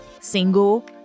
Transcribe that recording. single